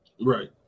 Right